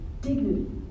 dignity